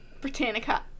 Britannica